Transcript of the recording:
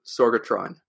Sorgatron